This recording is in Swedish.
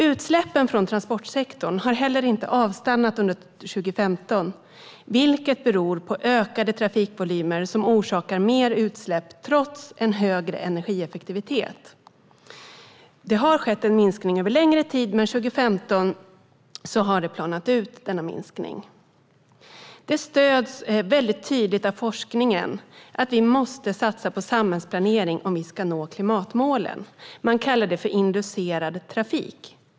Utsläppen från transportsektorn har inte avstannat under 2015, vilket beror på ökade trafikvolymer som orsakar mer utsläpp trots högre energieffektivitet. Det har skett en minskning över längre tid, men under 2015 har minskningen planat ut. Det stöds tydligt av forskningen att vi måste satsa på samhällsplanering om vi ska nå klimatmålen. Man kallar det "inducerad trafik".